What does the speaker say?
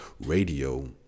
Radio